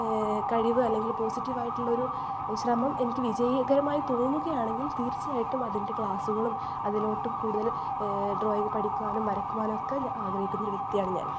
കഴിവ് അല്ലെങ്കിൽ പോസിറ്റീവായിട്ടുള്ള ഒരു ശ്രമം എനിക്ക് വിജയകരമായിട്ട് തോന്നുകയാണെങ്കിൽ തീർച്ചയായിട്ടും അതിൻ്റെ ക്ലാസ്സുകളും അതിലേക്ക് കൂടുതൽ ഡ്രോയിങ്ങ് പഠിക്കുവാനും വരയ്ക്കുവാനുമൊക്കെ ആഗ്രഹിക്കുന്ന വ്യക്തിയാണ് ഞാൻ